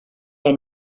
der